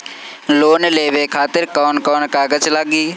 Loan लेवे खातिर कौन कौन कागज लागी?